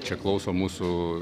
čia klauso mūsų